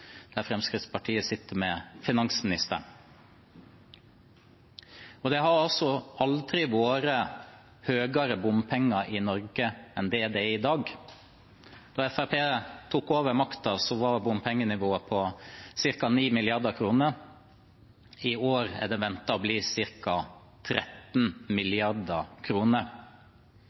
der Fremskrittspartiet sitter med finansministeren. Det har altså aldri vært høyere bompengenivå i Norge enn det det er i dag. Da Fremskrittspartiet tok over makten, var bompengenivået på ca. 9 mrd. kr. I år er det ventet å bli på ca. 13